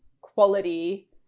quality